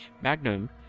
magnum